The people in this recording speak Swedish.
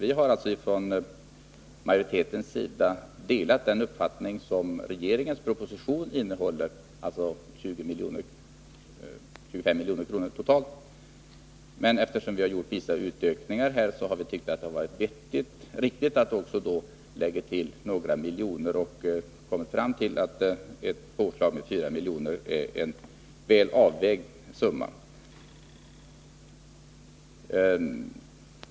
Från majoritetens sida delar vi den uppfattning som förs fram i regeringens proposition — att det behövs 25 milj.kr. totalt. Men eftersom vi gjort vissa ökningar har vi tyckt att det varit riktigt att lägga till några miljoner, och vi har kommit fram till att ett påslag med 4 miljoner är en väl avvägd summa.